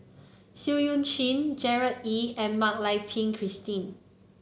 Seah Eu Chin Gerard Ee and Mak Lai Peng Christine